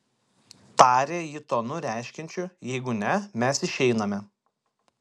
tarė ji tonu reiškiančiu jeigu ne mes išeiname